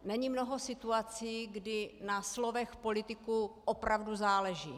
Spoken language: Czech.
Není mnoho situací, kdy na slovech politiků opravdu záleží.